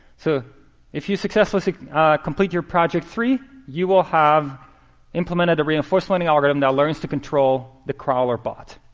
so if you successfully complete your project three, you will have implemented a reinforced learning algorithm that learns to control the crawler bot.